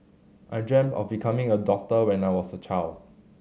I dreamt of becoming a doctor when I was a child